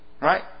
Right